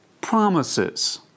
Promises